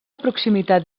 proximitat